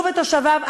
הוא ותושביו,